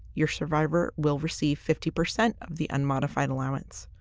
your survivor will receive fifty percent of the unmodified allowance.